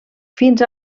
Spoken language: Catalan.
fins